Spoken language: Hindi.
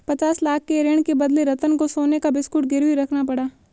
पचास लाख के ऋण के बदले रतन को सोने का बिस्कुट गिरवी रखना पड़ा